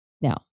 Now